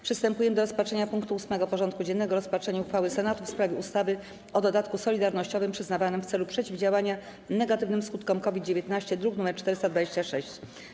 Przystępujemy do rozpatrzenia punktu 8. porządku dziennego: Rozpatrzenie uchwały Senatu w sprawie ustawy o dodatku solidarnościowym przyznawanym w celu przeciwdziałania negatywnym skutkom COVID-19 (druk nr 426)